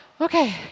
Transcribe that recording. okay